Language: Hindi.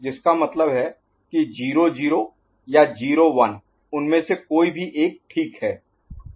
जिसका मतलब है कि 0 0 या 0 1 उनमें से कोई भी एक ठीक है